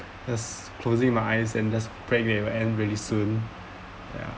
just closing my eyes and just pray that it will end really soon ya